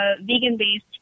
vegan-based